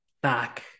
back